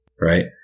right